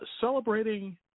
celebrating